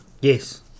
Yes